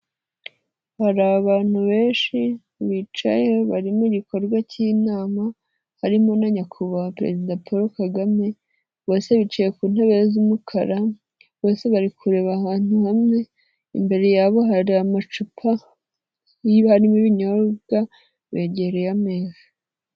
Hari abantu benshi bicaye bari mu igikorwa cy'inama harimo na nyakubahwa Perezida Paul Kagame, bose bicaye ku ntebe z'umukara, bose bari kureba ahantu hamwe, imbere yabo hari amacupa niba harimo ibinyobwa, begereye ameza.